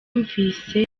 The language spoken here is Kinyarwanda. yumvise